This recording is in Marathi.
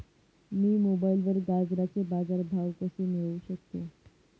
मी मोबाईलवर गाजराचे बाजार भाव कसे मिळवू शकतो?